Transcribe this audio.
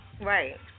Right